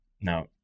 Now